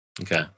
Okay